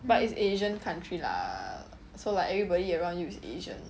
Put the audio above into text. but it's asian country lah so like everybody around you is asian